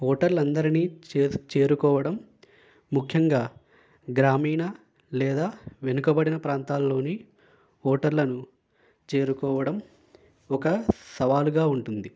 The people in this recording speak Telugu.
ఓటర్లందరినీ చేసు చేరుకోవడం ముఖ్యంగా గ్రామీణ లేదా వెనుకబడిన ప్రాంతాల్లోని ఓటర్లను చేరుకోవడం ఒక సవాలుగా ఉంటుంది